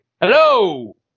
Hello